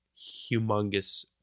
humongous